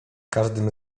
każdym